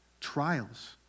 trials